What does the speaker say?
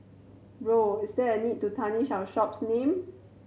Bro is there a need to tarnish our shop's name